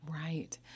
Right